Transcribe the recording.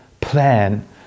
plan